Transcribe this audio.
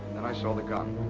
and i saw the gun.